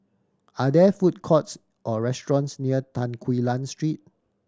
are there food courts or restaurants near Tan Quee Lan Street